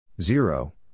zero